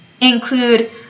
include